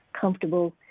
comfortable